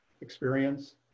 experience